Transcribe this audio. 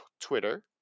Twitter